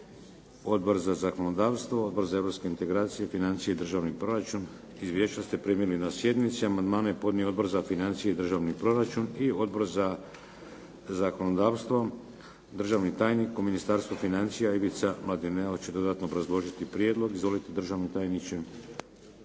Odbor za zakonodavstvo, Odbor za europske integracije, financije i državni proračun. Izvješća ste primili na sjednici. Amandmane je podnio Odbor za financije i državni proračun i Odbor za zakonodavstvo. Državni tajnik u Ministarstvu financija Ivica Mladineo će dodatno obrazložiti prijedlog. Izvolite državni tajniče.